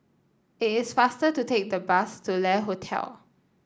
it is faster to take the bus to Le Hotel